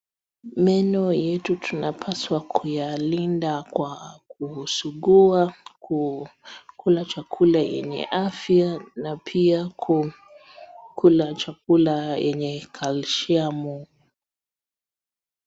Meno yetu tunapaswa kuyalinda kwa kusugua, ku kula chakula yenye afya na pia ku kula chakula yenye calciamu.